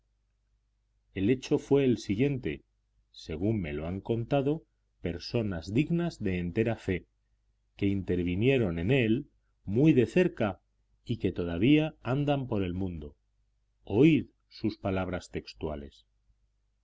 el hecho fue el siguiente según me lo han contado personas dignas de entera fe que intervinieron en él muy de cerca y que todavía andan por el mundo oíd sus palabras textuales